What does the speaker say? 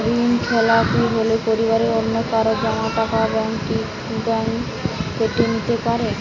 ঋণখেলাপি হলে পরিবারের অন্যকারো জমা টাকা ব্যাঙ্ক কি ব্যাঙ্ক কেটে নিতে পারে?